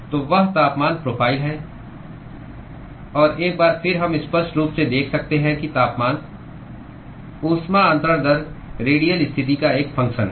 तो वह तापमान प्रोफ़ाइल है और एक बार फिर हम स्पष्ट रूप से देख सकते हैं कि तापमान ऊष्मा अन्तरण दर रेडियल स्थिति का एक फंगक्शन है